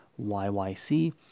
YYC